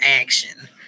action